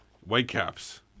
Whitecaps